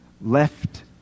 left